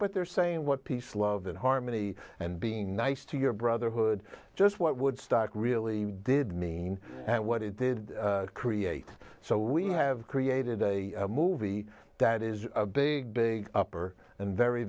but they're saying what peace love and harmony and being nice to your brotherhood just what woodstock really did mean and what it did create so we have created a movie that is a big big upper and very